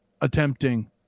attempting